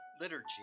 liturgy